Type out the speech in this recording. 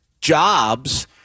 jobs